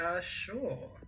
sure